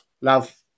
Love